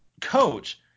Coach